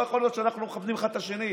ולא יכול להיות שאנחנו לא מכבדים אחד את השני,